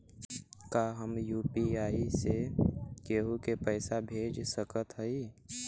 का हम यू.पी.आई से केहू के पैसा भेज सकत हई?